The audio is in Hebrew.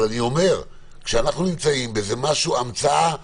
אבל אני אומר שאנחנו נמצאים בהמצאה ישראלית,